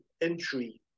entry